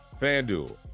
FanDuel